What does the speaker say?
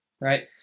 right